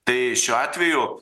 tai šiuo atveju